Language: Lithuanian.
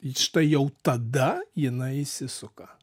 štai jau tada jinai įsisuka